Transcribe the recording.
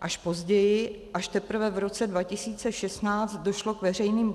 Až později, až teprve v roce 2016 došlo k veřejným